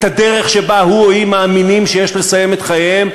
את הדרך שבה היא או הוא מאמינים שיש לסיים את חייהם,